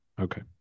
Okay